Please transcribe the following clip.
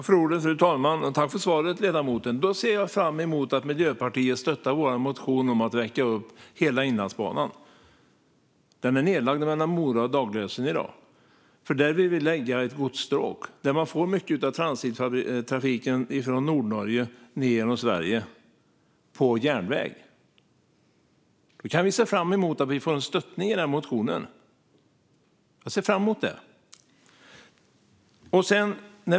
Fru talman! Tack, ledamoten, för svaret! Då ser jag fram emot att Miljöpartiet stöttar vår motion om att väcka upp hela Inlandsbanan. Den är i dag nedlagd mellan Mora och Daglösen. Där vill vi lägga ett godsstråk där man får mycket av transittrafiken från Nordnorge ned genom Sverige på järnväg. Då kan vi se fram emot att vi får stöttning i den motionen. Jag ser fram emot det.